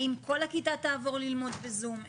האם כל הכיתה תעבור ללמוד בזום?